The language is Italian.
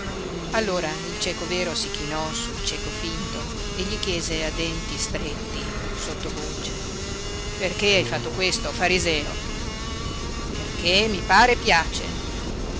allora il cieco vero si chinò sul cieco finto e gli chiese a denti stretti sottovoce perché hai fatto questo fariseo perché mi pare e piace